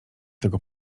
tego